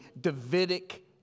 Davidic